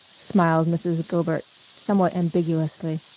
smiled mrs. gilbert somewhat ambiguously.